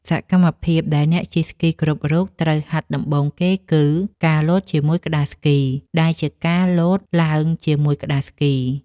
សកម្មភាពដែលអ្នកជិះស្គីគ្រប់រូបត្រូវហាត់ដំបូងគេគឺ ការលោតជាមួយក្ដារស្គី ដែលជាការលោតឡើងជាមួយក្ដារស្គី។